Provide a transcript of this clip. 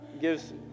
gives